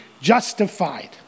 justified